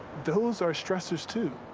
those are stressors, too.